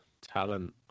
talent